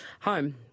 home